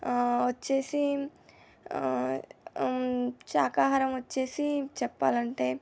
వచ్చేసి శాఖాహారం వచ్చేసి చెప్పాలంటే